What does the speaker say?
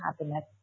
happiness